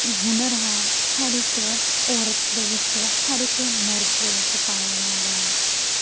हूनर है हर इक औरत दे बिच्च हर इक मर्द दे बिच्च पाया जा दा ऐ